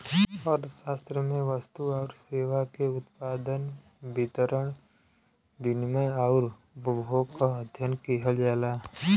अर्थशास्त्र में वस्तु आउर सेवा के उत्पादन, वितरण, विनिमय आउर उपभोग क अध्ययन किहल जाला